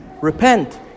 repent